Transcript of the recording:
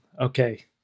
Okay